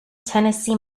tennessee